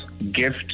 gift